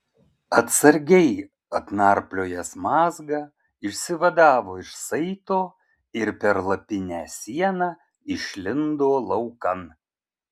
atsargiai atnarpliojęs mazgą išsivadavo iš saito ir per lapinę sieną išlindo laukan